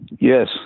Yes